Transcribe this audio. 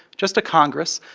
just a congress.